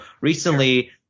recently